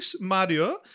Mario